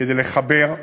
כדי לחבר.